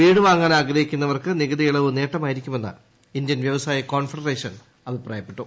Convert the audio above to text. വീട് വാങ്ങാൻ ആഗ്രഹിക്കുന്നവർക്ക് നികുതി ഇളവ് നേട്ടമായിരിക്കുമെന്ന് ഇന്ത്യൻ വ്യവസായ കോൺഫെഡറേഷൻ അഭിപ്രായപ്പെട്ടു